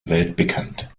weltbekannt